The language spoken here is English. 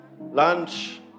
Lunch